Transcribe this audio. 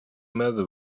matter